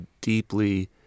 deeply